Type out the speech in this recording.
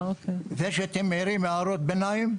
זה שאתם מעירים הערות ביניים.